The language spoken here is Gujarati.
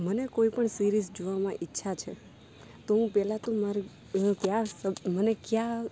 મને કોઈ પણ સિરીજ જોવામાં ઈચ્છા છે તો હું પહેલાં તો માર પ્યાર સ મને ક્યાં